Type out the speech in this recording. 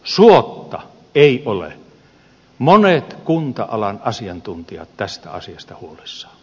suotta eivät ole monet kunta alan asiantuntijat tästä asiasta huolissaan